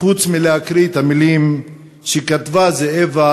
חוץ מלהקריא את המילים שכתבה זאבה